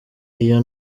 iyo